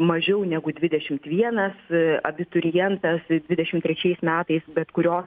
mažiau negu dvidešimt vienas abiturientas ir dvidešimt trečiais metais bet kurio